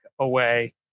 away